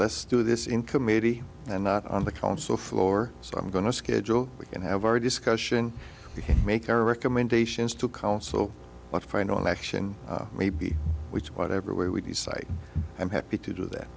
let's do this in committee and not on the council floor so i'm going to schedule we can have our discussion to make our recommendations to council what final action may be which whatever way we decide i'm happy to do that